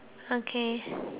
okay